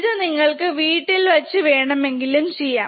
ഇത് നിങ്ങൾക് വീട്ടിൽ വച്ചു വേണമെങ്കിലും ചെയ്യാം